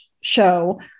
show